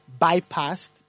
bypassed